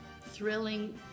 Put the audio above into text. thrilling